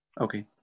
Okay